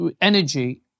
energy